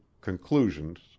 conclusions